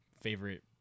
favorite